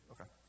Okay